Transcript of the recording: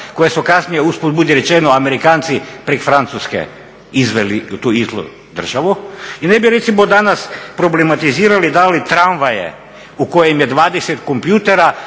koje smo kasnije uz put budi rečeno Amerikanci preko Francuske izveli u tu … državu i ne bi recimo danas problematizirali i dali tramvaje u kojima je 20 kompjutera